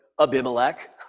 Abimelech